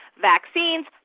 vaccines